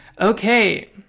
Okay